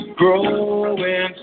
growing